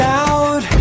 out